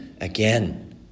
again